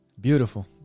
Beautiful